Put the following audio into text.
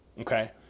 Okay